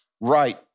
right